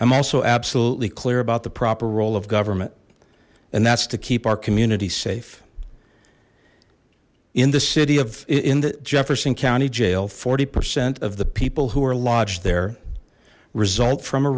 i'm also absolutely clear about the proper role of government and that's to keep our community safe in the city of in the jefferson county jail forty percent of the people who are lodged there result from